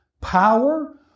power